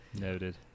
Noted